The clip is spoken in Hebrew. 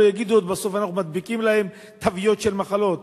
שלא יגידו עוד בסוף שאנחנו מדביקים להם תוויות של מחלות.